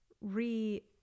re